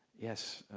yes,